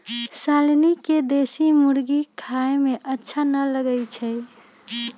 शालनी के देशी मुर्गी खाए में अच्छा न लगई छई